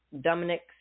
Dominic